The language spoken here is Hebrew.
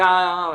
העלתה.